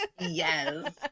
Yes